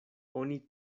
oni